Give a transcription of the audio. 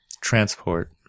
Transport